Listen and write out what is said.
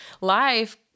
Life